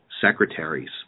secretaries